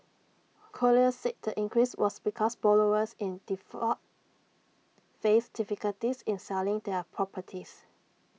colliers said the increase was because borrowers in default faced difficulties in selling their properties